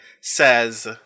says